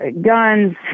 Guns